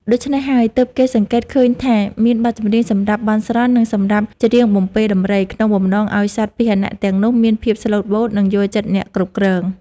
ដូច្នេះហើយ ទើបគេសង្កេតឃើញថាមានបទចម្រៀងសម្រាប់បន់ស្រន់ និងសម្រាប់ច្រៀងបំពេរដំរី ក្នុងបំណងឱ្យសត្វពាហនៈទាំងនោះមានភាពស្លូតបូត និងយល់ចិត្តអ្នកគ្រប់គ្រង។